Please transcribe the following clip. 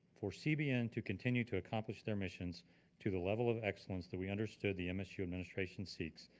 for cbn to continue to accomplish their missions to the level of excellence that we understood the msu administration seeks,